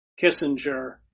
Kissinger